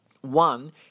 One